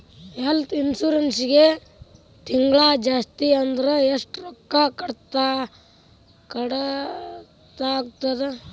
ಹೆಲ್ತ್ಇನ್ಸುರೆನ್ಸಿಗೆ ತಿಂಗ್ಳಾ ಜಾಸ್ತಿ ಅಂದ್ರ ಎಷ್ಟ್ ರೊಕ್ಕಾ ಕಟಾಗ್ತದ?